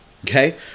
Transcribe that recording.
okay